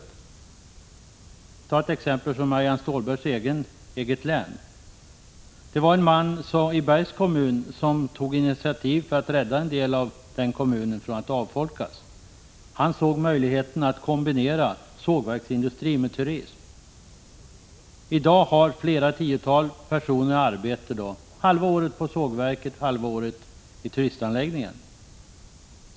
Jag skall ta ett exempel från Marianne Stålbergs eget län. En mani Bergs kommun tog initiativ för att rädda en del av den kommunen från att avfolkas. Han såg möjligheten att kombinera sågverksindustri med turism. I dag har flera tiotal personer arbete halva året på sågverket och halva året i turistanläggningen.